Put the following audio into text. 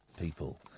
people